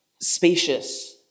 spacious